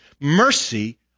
mercy